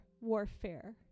warfare